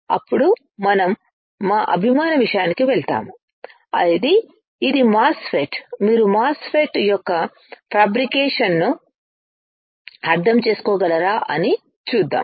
అప్పుడు మనం మా అభిమాన విషయానికి వెళ్తాము ఇది మాస్ ఫెట్ మీరు మాస్ ఫెట్ యొక్క ఫ్యాబ్రికేషన్ ను అర్థం చేసుకోగలరా అని చూద్దాం